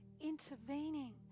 intervening